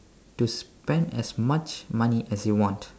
to spend as much money as you want